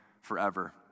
forever